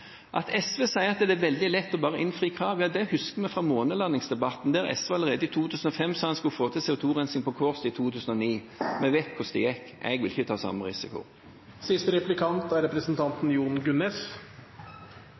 At SV sier at det er veldig lett bare å innfri krav, husker vi fra månelandingsdebatten, der SV allerede i 2005 sa at en skulle få til CO 2 -rensing på Kårstø i 2009. Vi vet hvordan det gikk. Jeg vil ikke ta